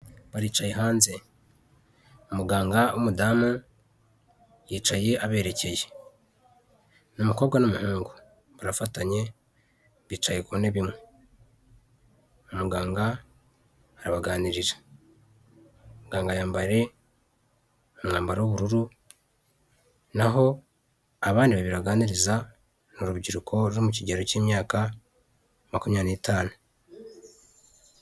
Baricaye hanze, umuganga w'umudamu yicaye aberekeye, ni umukobwa n'umuhungu, barafatanye, bicaye ku ntebe imwe, umuganga arabaganirira, muganga yambaye umwambaro w'ubururu naho abandi babiri aganiriza ni urubyiruko ruri mu kigero k'imyaka makumyabiri n'itanu.